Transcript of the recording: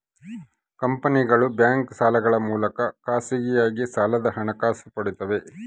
ಕಂಪನಿಗಳು ಬ್ಯಾಂಕ್ ಸಾಲಗಳ ಮೂಲಕ ಖಾಸಗಿಯಾಗಿ ಸಾಲದ ಹಣಕಾಸು ಪಡಿತವ